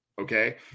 Okay